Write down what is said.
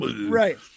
Right